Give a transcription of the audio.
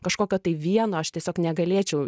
kažkokio tai vieno aš tiesiog negalėčiau